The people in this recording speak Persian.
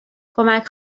کمک